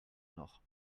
noch